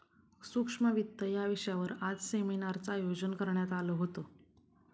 सूक्ष्म वित्त या विषयावर आज सेमिनारचं आयोजन करण्यात आलं होतं